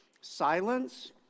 silence